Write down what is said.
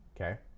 Okay